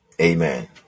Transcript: Amen